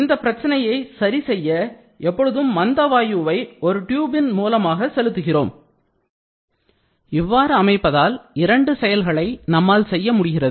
இந்த பிரச்சனையை சரி செய்ய எப்பொழுதும் மந்த வாயுவை ஒரு டியூப்பின் மூலமாக செலுத்துகிறோம் இவ்வாறு அமைப்பதால் இரண்டு செயல்களை நம்மால் செய்ய முடிகிறது